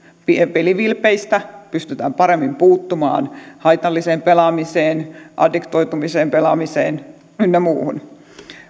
pelivilpeistä pystytään paremmin puuttumaan haitalliseen pelaamiseen addiktoitumiseen pelaamiseen ynnä muuhun